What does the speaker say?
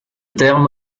terme